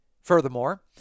Furthermore